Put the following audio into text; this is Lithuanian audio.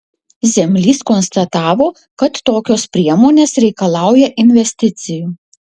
zemlys konstatavo kad tokios priemonės reikalauja investicijų